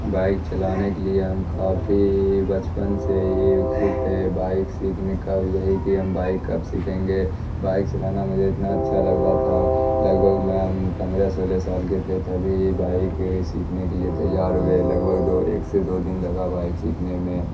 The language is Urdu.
بائک چلانے کے لیے ہم کافی بچپن سے ہی اتسک تھے بائک سیکھنے کا یہی کہ ہم بائک کب سیکھیں گے بائک چلانا مجھے اتنا اچھا لگتا تھا لگ بھگ میں ہم پندرہ سولہ سال کے تھے تبھی بائک سیکھنے کے لیے تیار ہوئے لگ بھگ دو ایک سے دو دن لگا بائک سیکھنے میں